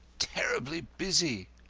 terribly busy!